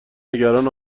نگران